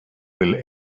will